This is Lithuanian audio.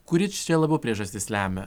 kuri čia labiau priežastis lemia